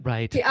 Right